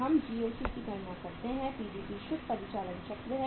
हम GOC की गणना करते हैं PDP शुद्ध परिचालन चक्र है